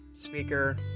speaker